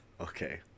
okay